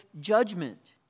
judgment